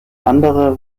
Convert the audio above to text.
andere